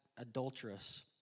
adulterous